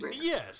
Yes